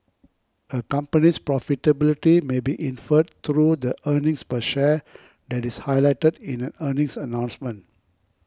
a company's profitability may be inferred through the earnings per share that is highlighted in an earnings announcement